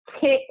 kick